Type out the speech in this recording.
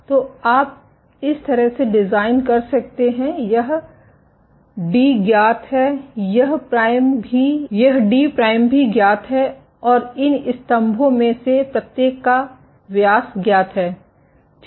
तो आप इस तरह से डिजाइन कर सकते हैं यह डी ज्ञात है यह डी प्राइम भी ज्ञात है और इन स्तंभों में से प्रत्येक का व्यास ज्ञात है ठीक